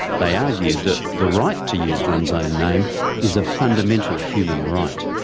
they argued that the right to use one's own name is a fundamental human right.